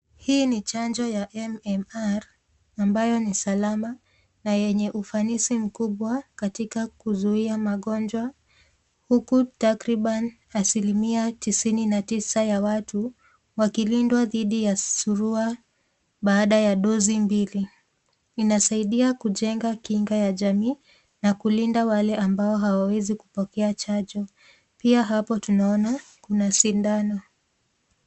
Hii ni chanjo ya MMR ambayo ni salama na yenye ufanisi mkubwa katika kuzuia magonjwa, huku takriban asilimia tisini na tisa ya watu wakilindwa dhidi ya surua baada ya dozi mbili. Inasaidia kujenga kinga ya jamii na kulinda wale ambao hawawezi kupokea chanjo. Pia hapo tunaona kuna sindano.